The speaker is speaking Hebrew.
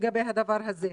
לגבי הדבר הזה.